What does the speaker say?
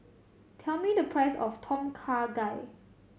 tell me the price of Tom Kha Gai